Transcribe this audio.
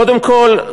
קודם כול,